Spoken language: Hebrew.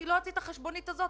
אני לא אוציא את החשבונית הזו,